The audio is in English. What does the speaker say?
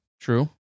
True